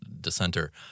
dissenter